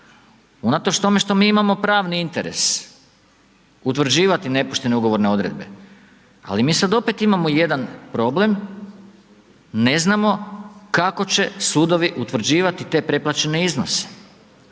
tome što mi imamo pravni interes, utvrđivati nepoštene ugovorne odredbe, ali mi sada opet imamo jedan problem, ne znamo, kako će sudovi utvrđivati te preplaćene iznose.